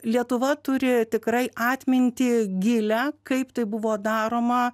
lietuva turi tikrai atmintį gilią kaip tai buvo daroma